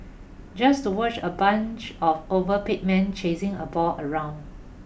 just to watch a bunch of overpaid men chasing a ball around